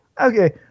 okay